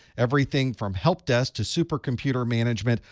everything from help desk to supercomputer management,